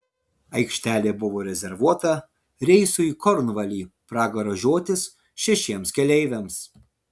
aikštelė buvo rezervuota reisui į kornvalį pragaro žiotis šešiems keleiviams